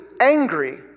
angry